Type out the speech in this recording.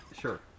Sure